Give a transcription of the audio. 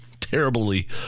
terribly